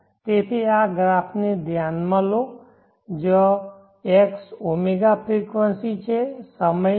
તેથી આ ગ્રાફને ધ્યાનમાં લો જ્યાં x ω ફ્રેકવંસી છે સમય નથી